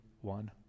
one